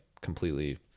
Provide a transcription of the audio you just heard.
completely